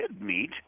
meet